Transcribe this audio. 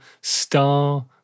STAR